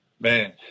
man